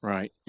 Right